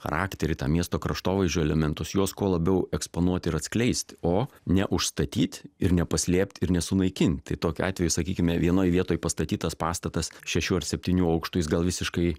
charakterį tą miesto kraštovaizdžio elementus juos kuo labiau eksponuot ir atskleist o neužstatyt ir nepaslėpt ir nesunaikinti tokiu atveju sakykime vienoj vietoj pastatytas pastatas šešių ar septynių aukštų jis gal visiškai